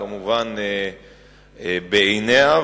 כמובן בעיניה,